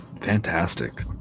Fantastic